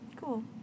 Cool